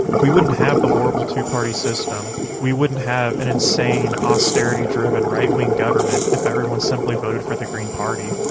we wouldn't have the horrible two-party system, we wouldn't have an insane austerity driven right-wing government, if everyone simply voted for the green party.